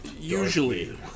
Usually